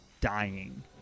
dying